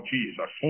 Jesus